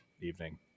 evening